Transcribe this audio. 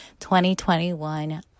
2021